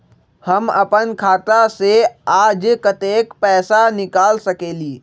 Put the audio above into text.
हम अपन खाता से आज कतेक पैसा निकाल सकेली?